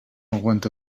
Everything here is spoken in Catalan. aguanta